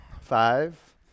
Five